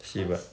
see what